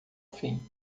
fim